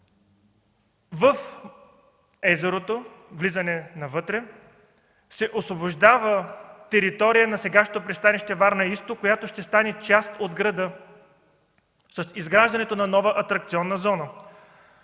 в езерото с влизане навътре се освобождава територия на сегашното пристанище Варна-изток, която ще стане част от града с изграждането на нова атракционна зона,